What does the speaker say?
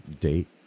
date